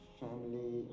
family